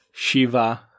shiva